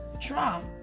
Trump